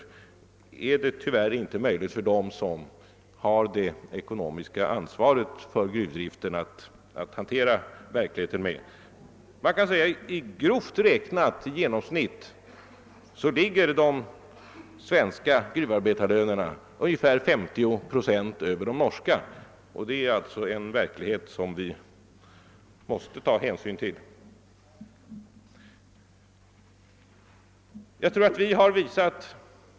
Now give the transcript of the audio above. Tyvärr är det inte möjligt för dem som har det ekonomiska ansvaret för gruvdriften att hantera verkligheten på detta sätt. Grovt räknat ligger svenska gruvarbetarlöner i genomsnitt ungefär 50 procent över de norska. Detta är den verklighet vi måste ta hänsyn till.